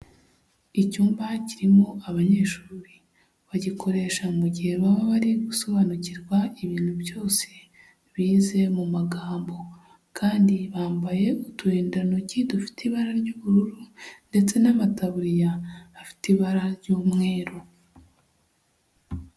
Icyumba kirimo abanyeshuri, bagikoresha mu gihe baba bari gusobanukirwa ibintu byose bize mu magambo, kandi bambaye uturindantoki dufite ibara ry'ubururu ndetse n'amataburiya afite ibara ry'umweru.